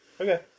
Okay